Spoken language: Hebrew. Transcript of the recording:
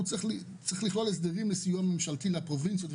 הסדרים לסיוע לממשלי הפרובינציות,